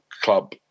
club